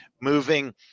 Moving